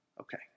Okay